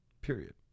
Period